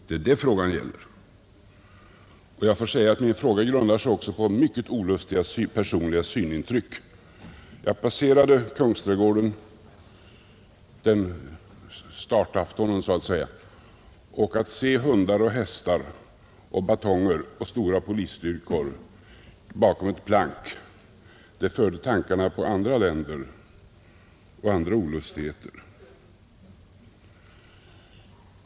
Det är det frågan gäller. Min fråga grundar sig också på mycket olustiga personliga synintryck. Jag passerade Kungsträdgården startaftonen så att säga, och att se hundar och hästar och batonger och stora polisstyrkor bakom ett plank där, det förde tankarna till andra länder och andra olustigheter.